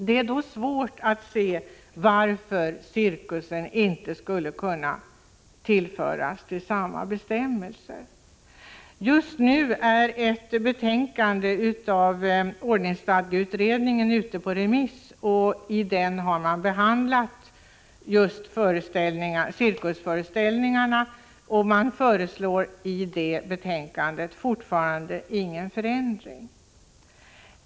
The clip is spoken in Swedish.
Det är svårt att se varför cirkusen inte skulle kunna hänföras till samma bestämmelser. Just nu är ett betänkande från ordningsstadgeutredningen ute på remiss, och där har man behandlat just cirkusföreställningarna. Man föreslår i det betänkandet fortfarande ingen förändring.